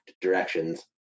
directions